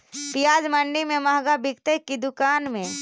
प्याज मंडि में मँहगा बिकते कि दुकान में?